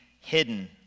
hidden